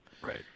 Right